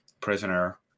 prisoner